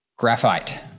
Graphite